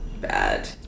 Bad